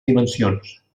dimensions